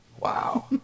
Wow